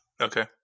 Okay